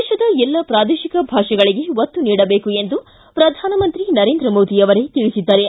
ದೇಶದ ಎಲ್ಲ ಪ್ರಾದೇಶಿಕ ಭಾಷೆಗಳಿಗೆ ಒತ್ತು ನೀಡಬೇಕು ಎಂದು ಪ್ರಧಾನಮಂತ್ರಿ ನರೇಂದ್ರ ಮೋದಿ ಅವರೇ ತಿಳಿಸಿದ್ದಾರೆ